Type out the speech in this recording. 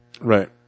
right